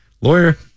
lawyer